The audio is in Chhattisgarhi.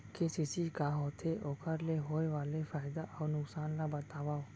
के.सी.सी का होथे, ओखर ले होय वाले फायदा अऊ नुकसान ला बतावव?